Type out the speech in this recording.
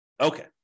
Okay